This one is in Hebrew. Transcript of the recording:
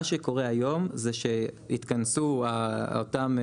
מה שקורה היום זה שהתכנסו --- עזוב,